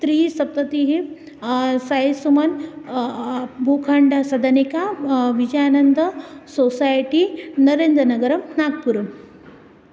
त्रिसप्ततिः सायिसुमन् भूखाण्डसदनिका विजयानन्द सोसैटि नरेन्द्रनगरं नाग्पुरम्